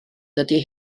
dydy